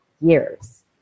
years